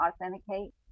authenticate